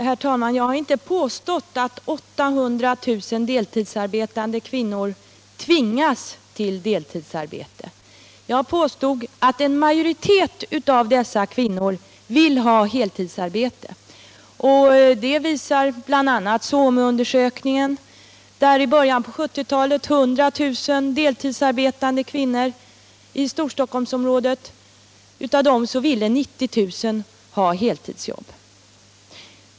Herr talman! Jag har inte påstått att 800 000 deltidsarbetande kvinnor tvingas till deltidsarbete. Jag påstod att en majoritet av dessa kvinnor vill ha heltidsarbete. Det visar bl.a. SOMI-undersökningen, genomförd i början av 1970-talet, som gav resultatet att av 100 000 deltidsarbetande kvinnor i Storstockholmsområdet ville 90 000 ha heltidsjobb.